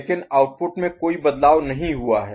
लेकिन आउटपुट में कोई बदलाव नहीं हुआ है